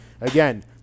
again